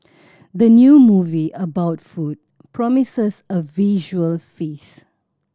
the new movie about food promises a visual feast